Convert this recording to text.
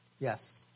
yes